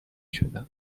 شدند